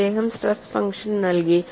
അദ്ദേഹം stress function നൽകി